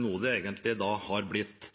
noe det egentlig har blitt.